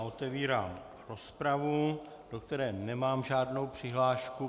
Otevírám rozpravu, do které nemám žádnou přihlášku.